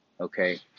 okay